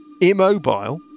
Immobile